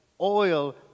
Oil